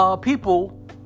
people